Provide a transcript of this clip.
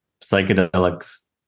psychedelics